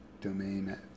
domain